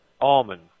Almond